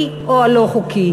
החוקי או הלא-חוקי,